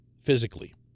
physically